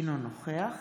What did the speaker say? אינו נוכח